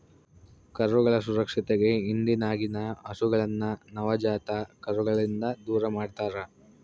ಕರುಗಳ ಸುರಕ್ಷತೆಗೆ ಹಿಂಡಿನಗಿನ ಹಸುಗಳನ್ನ ನವಜಾತ ಕರುಗಳಿಂದ ದೂರಮಾಡ್ತರಾ